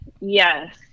Yes